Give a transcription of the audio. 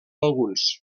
alguns